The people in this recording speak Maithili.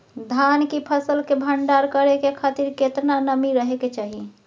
धान की फसल के भंडार करै के खातिर केतना नमी रहै के चाही?